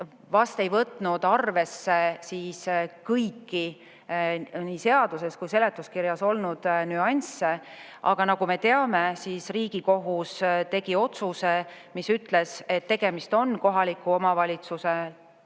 vast ei võtnud arvesse kõiki nii seaduses kui seletuskirjas olnud nüansse. Aga nagu me teame, Riigikohus tegi otsuse, mis ütles, et tegemist on olemuslikult kohaliku omavalitsuse